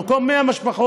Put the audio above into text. במקום 100 משפחות,